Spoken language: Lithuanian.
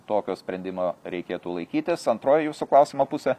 tokio sprendimo reikėtų laikytis antroji jūsų klausimo pusė